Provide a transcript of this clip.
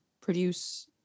produce